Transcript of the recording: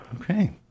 Okay